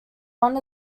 one